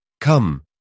Come